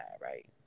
right